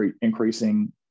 increasing